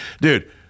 Dude